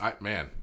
man